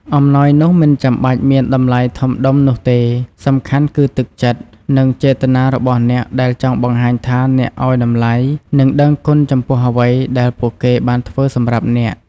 អំណោយនោះមិនចាំបាច់មានតម្លៃធំដុំនោះទេ សំខាន់គឺទឹកចិត្ត និងចេតនារបស់អ្នកដែលចង់បង្ហាញថាអ្នកឲ្យតម្លៃ និងដឹងគុណចំពោះអ្វីដែលពួកគេបានធ្វើសម្រាប់អ្នក។